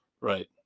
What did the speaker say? Right